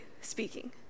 speaking